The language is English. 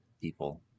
people